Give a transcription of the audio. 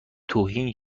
توهین